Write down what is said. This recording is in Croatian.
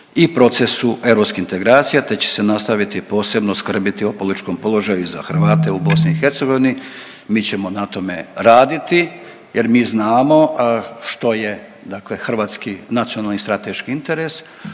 i procesu europskih integracija te će se nastaviti posebno skrbiti o političkom položaju za Hrvate u BIH. Mi ćemo na tome raditi jer mi znamo što je dakle hrvatski nacionalni strateški interes,